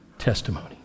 testimony